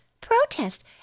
protest